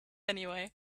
anyway